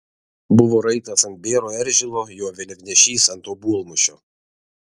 buvo raitas ant bėro eržilo jo vėliavnešys ant obuolmušio